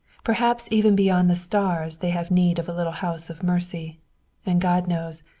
perhaps even beyond the stars they have need of a little house of mercy and, god knows,